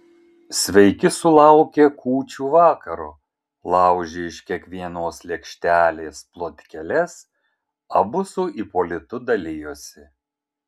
sveiki sulaukę kūčių vakaro laužė iš kiekvienos lėkštelės plotkeles abu su ipolitu dalijosi